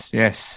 yes